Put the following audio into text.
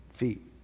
feet